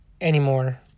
anymore